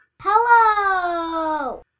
Hello